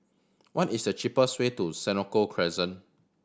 what is the cheapest way to Senoko Crescent